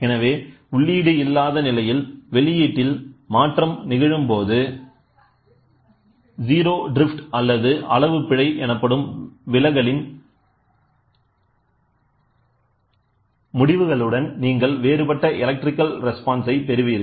எனவே உள்ளீடு இல்லாத நிலையில் வெளியீட்டில் மாற்றம் நிகழும் போது 0 ட்ரிப்ஃட் அல்லது அளவு பிழை எனப்படும் விலகளின் முடிவுகளுடன் நீங்கள் வேறுபட்ட எலக்ட்ரிகல் ரெஸ்பான்ஸை பெறுவீர்கள்